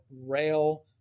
rail